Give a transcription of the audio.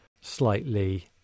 slightly